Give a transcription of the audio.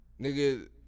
Nigga